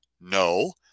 No